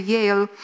Yale